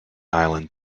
island